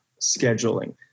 scheduling